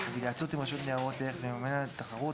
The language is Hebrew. ובהתייעצות עם רשות ניירות ערך ועם הממונה על התחרות,